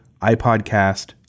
iPodcast